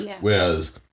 Whereas